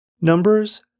Numbers